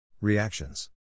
Reactions